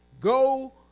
Go